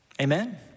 amen